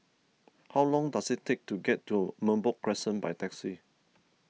how long does it take to get to Merbok Crescent by taxi